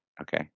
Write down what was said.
Okay